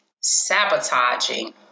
Sabotaging